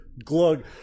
Glug